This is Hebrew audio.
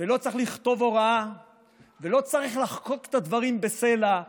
ולא צריך לכתוב הוראה ולא צריך לחקוק את הדברים בסלע.